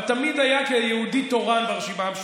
אבל תמיד היה כיהודי תורן ברשימה המשותפת.